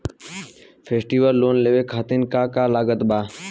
Festival loan लेवे खातिर का का लागत बा?